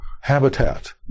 habitat